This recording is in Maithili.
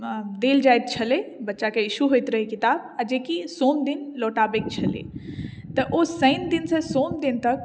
देल जाइत छलै बच्चाके इश्यू होइत रहै किताब जे कि सोम दिन लौटाबैके छलै तऽ ओ शनि दिन से सोम दिन तक